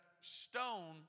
stone